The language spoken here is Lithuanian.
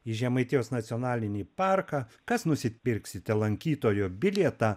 į žemaitijos nacionalinį parką kas nusipirksite lankytojo bilietą